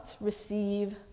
receive